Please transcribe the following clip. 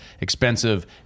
expensive